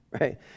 right